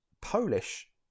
Polish